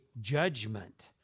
judgment